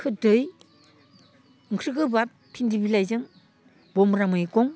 खोरदै ओंख्रि गोबाब भिन्दि बिलाइजों बम्ब्रा मैगं